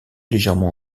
légèrement